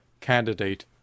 candidate